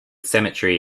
cemetery